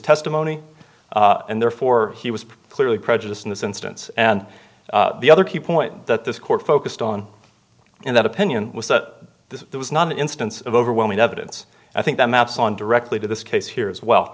testimony and therefore he was clearly prejudiced in this instance and the other key point that this court focused on in that opinion was that this was not an instance of overwhelming evidence i think that maps on directly to this case here as well